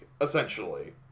essentially